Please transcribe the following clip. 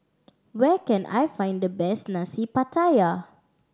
where can I find the best Nasi Pattaya